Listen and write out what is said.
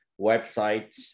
websites